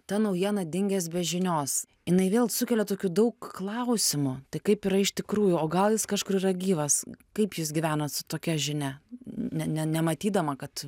ta naujiena dingęs be žinios jinai vėl sukelia tokių daug klausimų tai kaip yra iš tikrųjų o gal jis kažkur yra gyvas kaip jūs gyvenat su tokia žinia ne nematydama kad